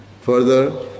Further